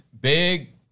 big